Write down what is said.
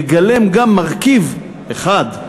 מגלם גם מרכיב אחד,